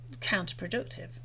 counterproductive